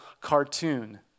cartoon